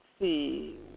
see